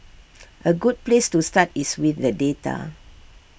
A good place to start is with the data